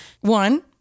One